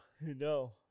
No